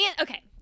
okay